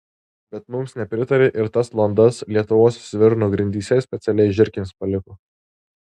bet mums nepritarė ir tas landas lietuvos svirno grindyse specialiai žiurkėms paliko